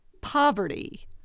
poverty